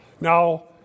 Now